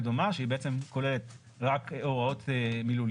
דומה שהיא בעצם כוללת רק הוראות מילוליות,